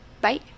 Bye